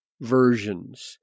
versions